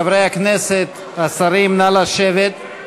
חברי הכנסת, השרים, נא לשבת.